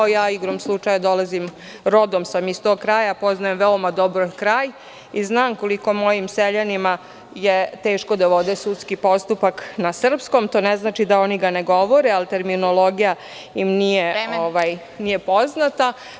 Igrom slučaja dolazim, rodom sam iz tog kraja, poznajem veoma dobro kraj i znam koliko mojim seljanima je teško da vode sudski postupak na srpskom, to ne znači da ga oni ne govore, ali terminologija im nije poznata.